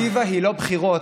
האלטרנטיבה היא לא בחירות.